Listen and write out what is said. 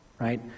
right